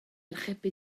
archebu